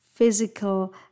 physical